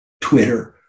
Twitter